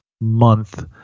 month